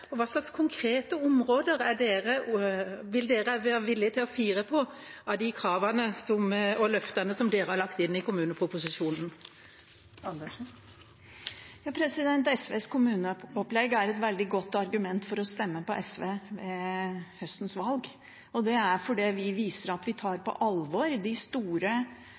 og på hvilke konkrete områder vil de være villige til å fire på de kravene og løftene som de har lagt inn i kommuneproposisjonen? SVs kommuneopplegg er et veldig godt argument for å stemme på SV ved høstens valg, for vi viser at vi tar på alvor de store